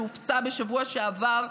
שהופצה בשבוע שעבר,